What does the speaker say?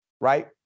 right